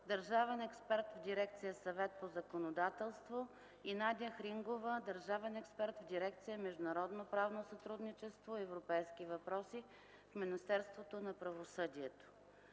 държавен експерт в Дирекция „Съвет по законодателство”, и Надя Хрингова – държавен експерт в Дирекция „Международно правно сътрудничество и европейски въпроси” в Министерство на правосъдието.